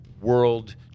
world